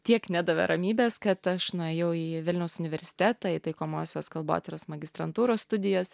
tiek nedavė ramybės kad aš nuėjau į vilniaus universitetą į taikomosios kalbotyros magistrantūros studijas